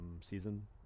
season